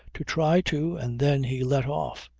to try to. and then he left off.